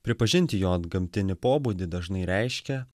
pripažinti jo antgamtinį pobūdį dažnai reiškia